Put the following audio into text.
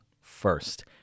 first